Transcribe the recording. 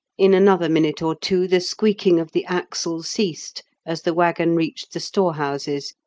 in another minute or two the squeaking of the axle ceased, as the waggon reached the storehouses,